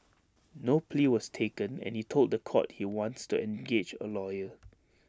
no plea was taken and he told The Court he wants to engage A lawyer